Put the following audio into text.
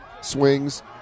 swings